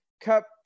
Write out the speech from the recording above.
Cup